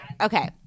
Okay